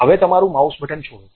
હવે તમારું mouse button છોડો